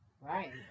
Right